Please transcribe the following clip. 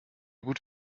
gut